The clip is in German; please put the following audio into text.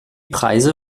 preise